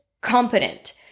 competent